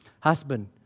husband